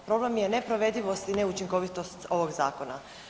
Problem je neprovedivost i neučinkovitost ovog Zakona.